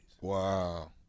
Wow